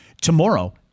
Tomorrow